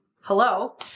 hello